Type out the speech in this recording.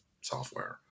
software